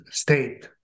state